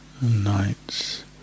nights